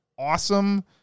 Awesome